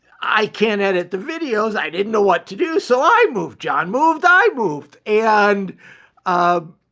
i can't edit the videos, i didn't know what to do. so i moved, john moved, i moved and um